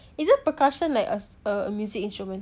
isn't percussion like a a music instrument